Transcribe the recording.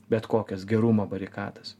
bet kokias gerumo barikadas